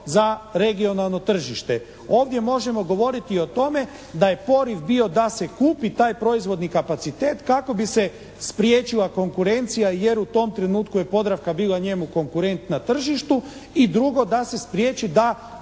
za regionalno tržište. Ovdje možemo govoriti i o tome da je poriv bio da se kupi taj proizvodni kapacitet kako bi se spriječila konkurencija jer u tom trenutku je "Podravka" bila njemu konkurent na tržištu. I drugo, da se spriječi da